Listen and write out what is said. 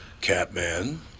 Catman